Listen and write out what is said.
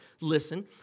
listen